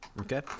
Okay